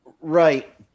Right